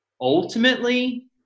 ultimately